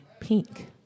pink